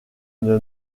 une